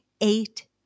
eight